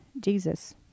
Jesus